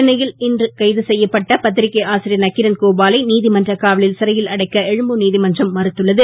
சென்னையில் இன்று கைது செய்யப்பட்ட பத்திரிக்கை ஆசிரியர் நக்கிரன் கோபாலை நீதிமன்ற காவலில் சிறையில் அடைக்க எழும்பூர் நீதிமன்றம் மறுத்துள்ளது